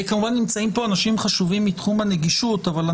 אני